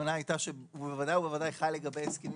הכוונה הייתה שהוא בוודאי חל לגבי הסכמים